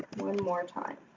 one more time.